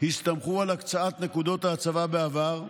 הסתמכו על הקצאת נקודות ההצבה בעבר,